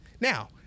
Now